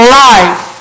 life